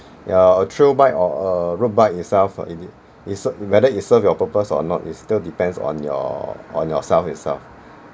ya a trail bike or a road bike yourself you need whether it serve your purpose or not it still depends on your on yourself itself